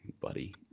buddy